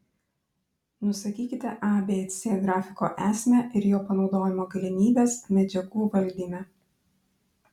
nusakykite abc grafiko esmę ir jo panaudojimo galimybes medžiagų valdyme